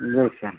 जी sir